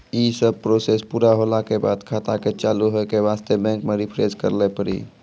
यी सब प्रोसेस पुरा होला के बाद खाता के चालू हो के वास्ते बैंक मे रिफ्रेश करैला पड़ी?